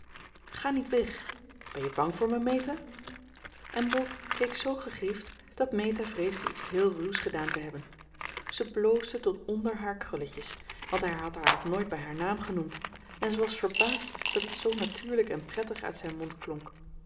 ga niet weg ben je bang voor me meta en brooke keek zoo gegriefd dat meta vreesde iets heel ruws gedaan te hebben ze bloosde tot onder haar krulletjes want hij had haar nog nooit bij haar naam genoemd en ze was verbaasd dat het zoo natuurlijk en prettig uit zijn mond klonk